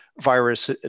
virus